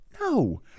No